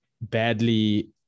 badly